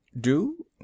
Do